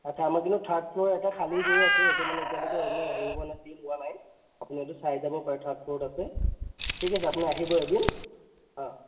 আচ্ছা আমাৰ কিন্তু থাৰ্ড ফ্ল'ৰত এটা খালী হৈ আছে এইটো মানে এতিয়ালৈকে এনেই হেৰী হোৱা নাই চেল হোৱা নাই আপুনি সেইটো চাই যাব পাৰে থ্ৰাৰ্ড ফ্ল'ৰত আছে ঠিক আছে আপুনি আহিব এদিন